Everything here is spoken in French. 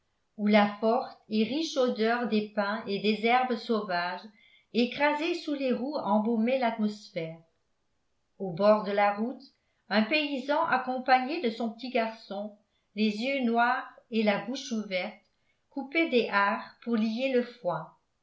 où la forte et riche odeur des pins et des herbes sauvages écrasées sous les roues embaumait l'atmosphère au bord de la route un paysan accompagné de son petit garçon les yeux noirs et la bouche ouverte coupait des harts pour lier le foin